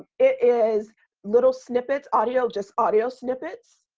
it is little snippets, audio, just audio snippets.